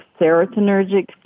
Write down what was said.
serotonergic